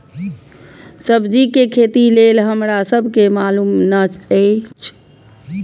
सब्जी के खेती लेल हमरा सब के मालुम न एछ?